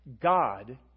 God